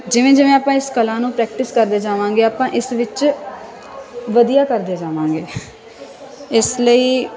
ਜਿਵੇਂ ਜਿਵੇਂ ਆਪਾਂ ਇਸ ਕਲਾ ਨੂੰ ਪ੍ਰੈਕਟਿਸ ਕਰਦੇ ਜਾਵਾਂਗੇ ਆਪਾਂ ਇਸ ਵਿੱਚ ਵਧੀਆ ਕਰਦੇ ਜਾਵਾਂਗੇ ਇਸ ਲਈ